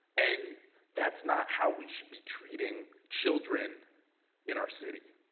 and that's not how we should be treating children in our city.